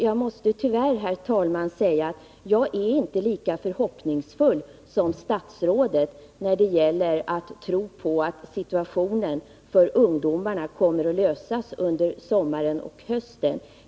Jag måste tyvärr säga, herr talman, att jag inte är lika förhoppningsfull som statsrådet när det gäller att tro på att situationen för ungdomarna kommer att lösas under sommaren och hösten.